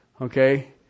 okay